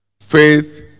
Faith